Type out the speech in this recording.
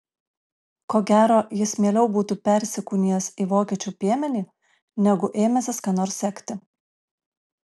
ko gero jis mieliau būtų persikūnijęs į vokiečių piemenį negu ėmęsis ką nors sekti